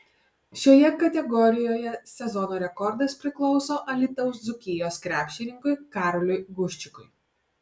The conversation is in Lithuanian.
šioje kategorijoje sezono rekordas priklauso alytaus dzūkijos krepšininkui karoliui guščikui